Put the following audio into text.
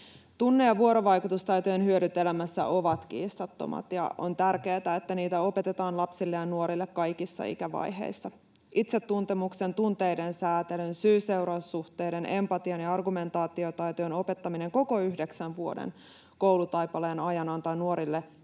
Tunne‑ ja vuorovaikutustaitojen hyödyt elämässä ovat kiistattomat, ja on tärkeätä, että niitä opetetaan lapsille ja nuorille kaikissa ikävaiheissa. Itsetuntemuksen, tunteiden säätelyn, syy—seuraus-suhteiden, empatian ja argumentaatiotaitojen opettaminen koko yhdeksän vuoden koulutaipaleen ajan antaa nuorille